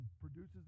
produces